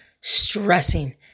stressing